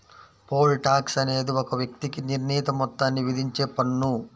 pole tax అనేది ఒక వ్యక్తికి నిర్ణీత మొత్తాన్ని విధించే పన్ను